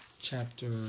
chapter